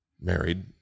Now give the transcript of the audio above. Married